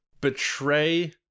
betray